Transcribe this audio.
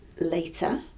later